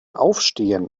aufstehen